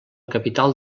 capital